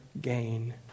gain